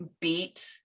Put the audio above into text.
beat